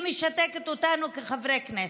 היא משתקת אותנו כחברי כנסת.